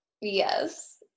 Yes